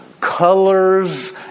colors